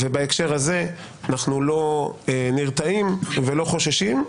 ובהקשר הזה אנחנו לא נרתעים ולא חוששים,